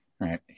right